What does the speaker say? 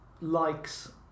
likes